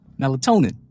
melatonin